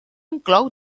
inclou